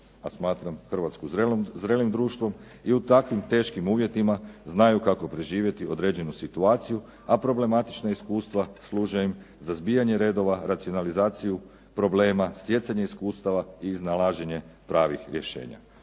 a smatram Hrvatsku zrelim društvom i u takvim teškim uvjetima znaju kako preživjeti određenu situaciju, a problematična iskustva služe im za zbijanje redova, racionalizaciju problema, stjecanje iskustava i iznalaženje pravih rješenja.